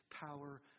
power